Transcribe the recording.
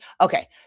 Okay